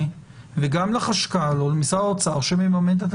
וגם לחשב הכללי או למשרד האוצר שמממן,